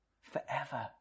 forever